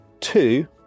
two